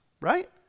right